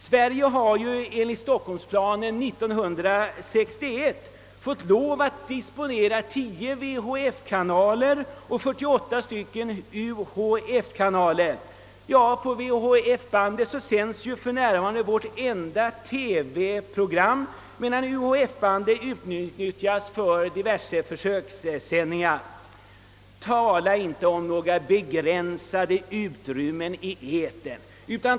Sverige har enligt Stockholmsplanen 1961 fått lov att disponera 10 VHF-kanaler och 48 UHF-kanaler. På VHF-bandet sändes för närvarande vårt enda TV program medan UHF-bandet utnyttjas för diverse försökssändningar. Tala inte om några begränsade utrymmen i etern!